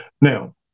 Now